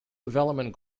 development